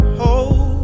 hold